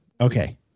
Okay